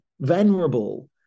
venerable